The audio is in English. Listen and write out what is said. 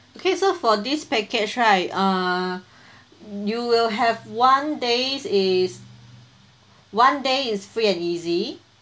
okay so for this package right uh you will have one days is one day is free and easy